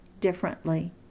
differently